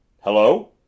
Hello